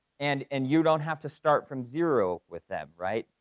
and and you don't have to start from zero with them, right?